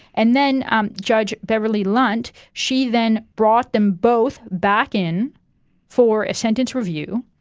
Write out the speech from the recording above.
and then um judge beverley lunt, she then brought them both back in for a sentence review,